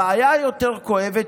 הבעיה היותר-כואבת,